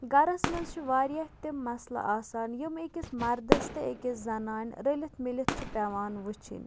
گَرَس منٛز چھِ واریاہ تِم مَسلہٕ آسان یِم أکِس مَردَس تہٕ أکِس زَنانہِ رٔلِتھ مِلِتھ چھِ پیوان وٕچھِنۍ